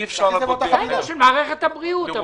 של מערכת הבריאות.